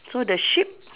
so the sheep